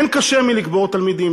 אין קשה מלקבור תלמידים,